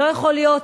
לא יכול להיות,